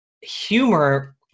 humor